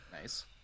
Nice